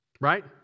Right